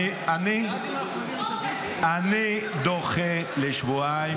כן, ואז אם אנחנו יודעים --- אני דוחה בשבועיים.